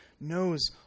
knows